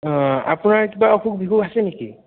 আপোনাৰ কিবা অসুখ বিসুখ আছে নেকি